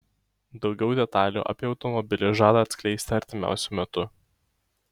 daugiau detalių apie automobilį žada atskleisti artimiausiu metu